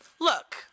look